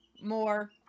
more